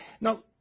Now